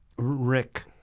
Rick